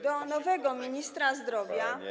do nowego ministra zdrowia.